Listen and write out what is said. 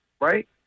right